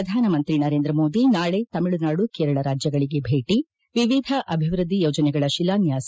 ಶ್ರಧಾನಮಂತ್ರಿ ನರೇಂದ್ರಮೋದಿ ನಾಳೆ ತಮಿಳುನಾಡು ಕೇರಳ ರಾಜ್ಯಗಳಿಗೆ ಭೇಟ ವಿವಿಧ ಅಭಿವೃದ್ಧಿ ಯೋಜನೆಗಳ ಶಿಲಾನ್ಯಾಸ